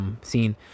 scene